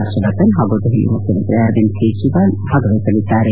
ಹರ್ಷವರ್ಧನ್ ಹಾಗೂ ದೆಹಲಿ ಮುಖ್ಯಮಂತ್ರಿ ಅರವಿಂದ್ ಕೇಜ್ರವಾಲ್ ಭಾಗವಹಿಸಲಿದ್ದಾರೆ